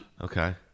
Okay